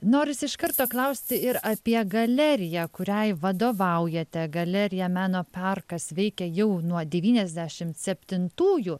norisi iš karto klausti ir apie galeriją kuriai vadovaujate galerija meno parkas veikia jau nuo devyniasdešimt septintųjų